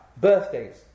Birthdays